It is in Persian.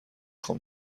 خوام